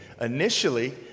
initially